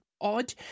odd